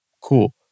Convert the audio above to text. Cool